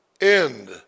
end